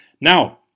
Now